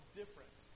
different